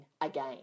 again